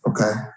okay